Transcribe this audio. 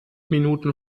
minuten